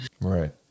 Right